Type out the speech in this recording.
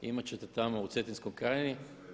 Imat ćete tamo u Cetinskoj krajini.